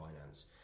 finance